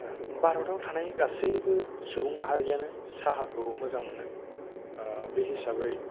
भारताव थानाय गासैबो सुबुं माहारियानो साहाखौ मोजां मोनो बे हिसाबै